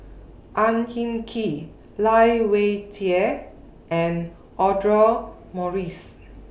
Ang Hin Kee Lai Weijie and Audra Morrice